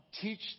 Teach